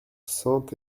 saint